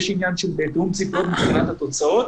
עניין של תיאום ציפיות מבחינת התוצאות,